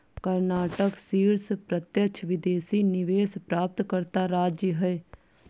कर्नाटक शीर्ष प्रत्यक्ष विदेशी निवेश प्राप्तकर्ता राज्य है